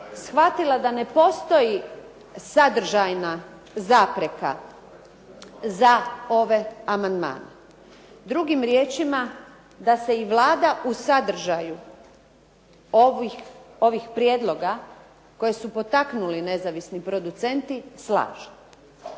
shvatila da ne postoji sadržajna zapreka za ove amandmane. Drugim riječima, da se i Vlada u sadržaju ovih prijedloga koje su potaknuli nezavisni producenti slažu.